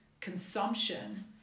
consumption